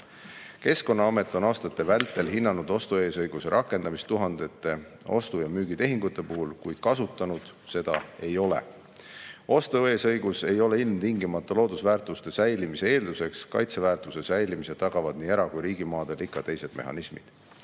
Keskkonnaamet on aastate vältel hinnanud ostueesõiguse rakendamist tuhandete ostu- ja müügitehingute puhul, kuid kasutanud seda ei ole. Ostueesõigus ei ole ilmtingimata loodusväärtuste säilimise eelduseks. Kaitseväärtuse säilimise tagavad nii era- kui ka riigimaadel ikka teised mehhanismid.